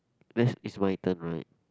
this is my turn right